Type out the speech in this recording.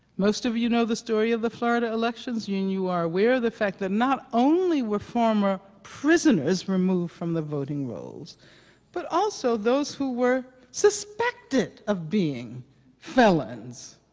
most of you know the story of the florida elections union are aware the fact that not only were former prisoners removed from the voting rolls but also those who were suspected of being felons